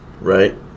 right